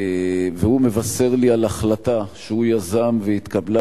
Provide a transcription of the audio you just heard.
והוא מבשר לי על החלטה שהוא יזם והתקבלה